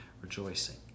rejoicing